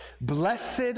Blessed